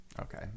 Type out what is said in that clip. Okay